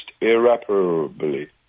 irreparably